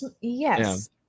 yes